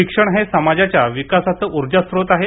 शिक्षण हे समाजाच्या विकासाचे ऊर्जास्रोत आहे